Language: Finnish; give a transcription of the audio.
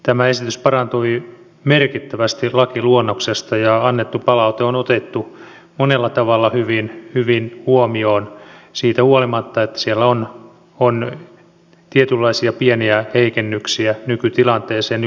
tämä esitys parantui merkittävästi lakiluonnoksesta ja annettu palaute on otettu monella tavalla hyvin huomioon siitä huolimatta että siellä on tietynlaisia pieniä heikennyksiä nykytilanteeseen ja nykylakiin verrattuna